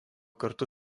kartu